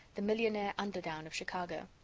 the millionaire underdown of chicago.